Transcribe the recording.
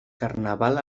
carnaval